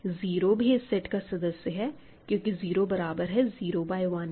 0 भी इस सेट का सदस्य है क्योंकि 0 बराबर है 0 बाय 1 के